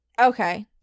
Okay